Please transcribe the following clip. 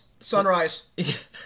Sunrise